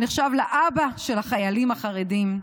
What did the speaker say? ונחשב לאבא של החיילים החרדים.